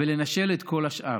ולנשל את כל השאר.